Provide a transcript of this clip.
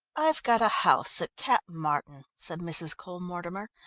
i've got a house at cap martin, said mrs. cole-mortimer.